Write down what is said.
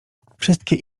wszystkie